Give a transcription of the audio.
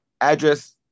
address